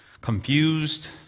confused